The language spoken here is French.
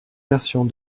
versions